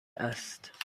است